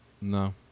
No